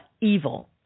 evil